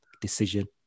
decision